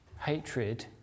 hatred